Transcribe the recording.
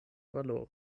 valoron